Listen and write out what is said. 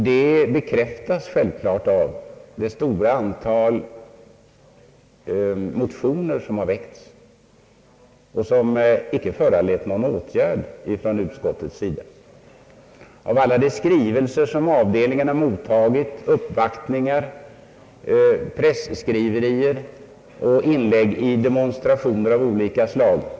Detta bekräftas självklart av det stora antal motioner som har väckts — och som icke föranlett någon åtgärd ifrån utskottets sida — samt av alla de skrivelser avdelningen mottagit och av de uppvaktningar, presskriverier, inlägg och demonstrationer av olika slag som förekommit.